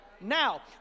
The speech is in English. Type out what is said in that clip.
now